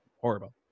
horrible